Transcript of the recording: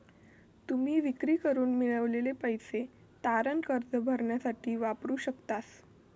तुम्ही विक्री करून मिळवलेले पैसे तारण कर्ज भरण्यासाठी वापरू शकतास